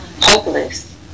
hopeless